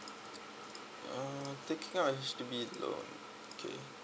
uh taking up a H_D_B loan okay